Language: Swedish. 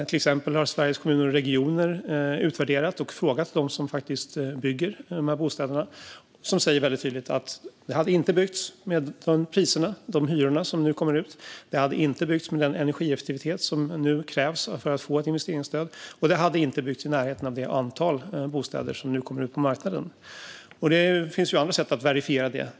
Till exempel har Sveriges Kommuner och Regioner utvärderat saken och frågat dem som bygger de här bostäderna om detta. De säger tydligt att det inte hade byggts med de hyrorna som nu kommer ut, det hade inte byggts med den energieffektivitet som nu krävs för att få ett investeringsstöd och det hade inte byggts i närheten av det antal bostäder som nu kommer ut på marknaden. Det finns också andra sätt att verifiera detta.